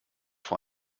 vor